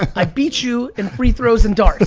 i beat you in free throws and darts.